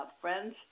friends